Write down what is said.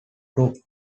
true